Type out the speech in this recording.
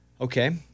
Okay